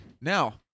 now